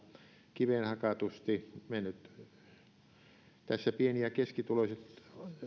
kiveenhakatusti me nyt otamme hallituksessa pieni ja keskituloiset